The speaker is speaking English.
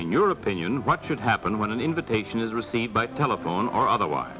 in your opinion what should happen when an invitation is received by telephone or otherwise